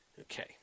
Okay